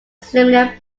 similar